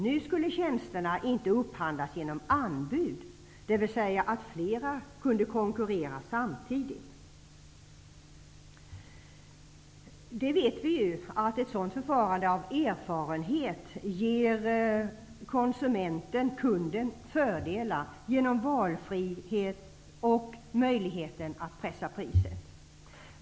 Nu skulle tjänsterna inte upphandlas genom anbud -- dvs. genom att flera kunde konkurrera samtidigt. Vi vet ju av erfarenhet att ett sådant förfarande ger kunden fördelar genom valfrihet och möjligheten att pressa priset.